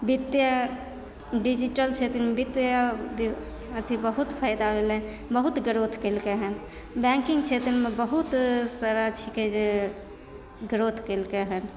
बित्तिये digital क्षेत्रमे बित्तियेभी अथी बहुत फैदा भेलै बहुत गरोथ कयलकै हन बैंकिंग छेत्रमे बहुत सारा छिकै जे गरोथ कयलकै हन